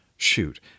Shoot